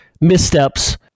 missteps